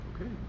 Okay